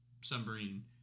submarine